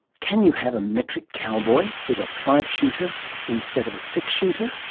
can you have a metric cowboy, with a five shooter instead of a six shooter?